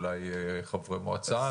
אולי חברי מועצה,